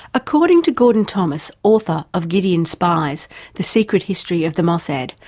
according to gordon thomas, author of gideon's spies the secret history of the mossad,